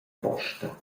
posta